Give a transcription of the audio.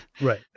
Right